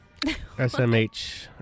SMH